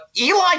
Eli